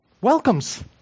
Welcomes